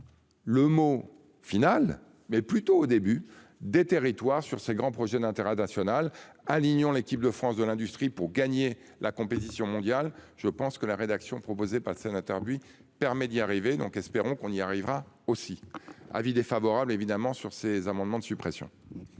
Le mot final mais plutôt au début des territoires sur ses grands projets d'intérêt national, alignant l'équipe de France de l'industrie pour gagner la compétition mondiale. Je pense que la rédaction proposée par le sénateur lui permet d'y arriver donc espérons qu'on y arrivera aussi avis défavorable évidemment sur ces amendements de suppression.